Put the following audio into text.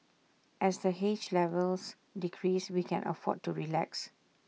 as the haze levels decrease we can afford to relax